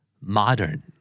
Modern